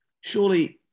surely